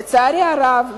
לצערי הרב,